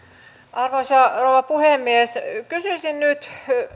arvoisa rouva puhemies kysyisin nyt